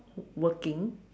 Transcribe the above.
working